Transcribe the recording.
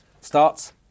starts